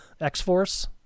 X-Force